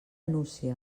nucia